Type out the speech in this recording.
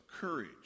courage